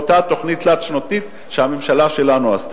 זה מאותה תוכנית תלת-שנתית שהממשלה שלנו עשתה.